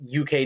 UK